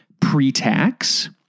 pre-tax